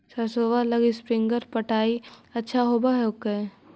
सरसोबा लगी स्प्रिंगर पटाय अच्छा होबै हकैय?